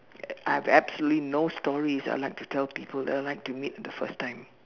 ya I have absolutely no stories I would like to tell people that I will like to meet the first time